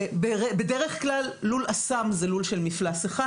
בדרך כלל לול אסם זה לול של מפלס אחד